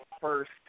first